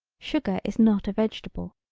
sugar is not a vegetable.